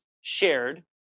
shared